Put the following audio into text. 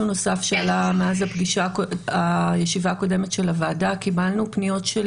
מאז הישיבה הקודמת של הוועדה קיבלנו פניות של